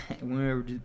Whenever